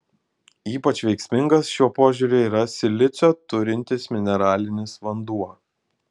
ypač veiksmingas šiuo požiūriu yra silicio turintis mineralinis vanduo